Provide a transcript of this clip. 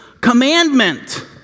commandment